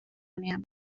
onean